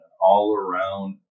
all-around